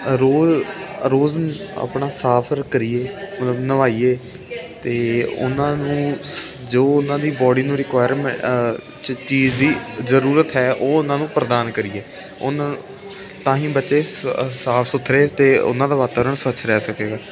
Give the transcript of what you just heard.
ਰੋਜ਼ ਆਪਣਾ ਸਾਫ ਕਰੀਏ ਨਵਾਈਏ ਅਤੇ ਉਹਨਾਂ ਨੂੰ ਜੋ ਉਹਨਾਂ ਦੀ ਬੋਡੀ ਨੂੰ ਰਿਕੁਾਇਰਮੈਂਟ ਚੀਜ਼ ਦੀ ਜ਼ਰੂਰਤ ਹੈ ਉਹ ਉਹਨਾਂ ਨੂੰ ਪ੍ਰਦਾਨ ਕਰੀਏ ਹੁਣ ਤਾਂ ਹੀ ਬੱਚੇ ਸਾਫ ਸੁਥਰੇ ਅਤੇ ਉਹਨਾਂ ਦਾ ਵਾਤਾਵਰਨ ਸਵੱਛ ਰਹਿ ਸਕੇਗਾ